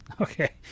Okay